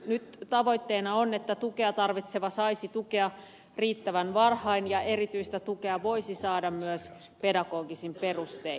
nyt tavoitteena on että tukea tarvitseva saisi tukea riittävän varhain ja erityistä tukea voisi saada myös pedagogisin perustein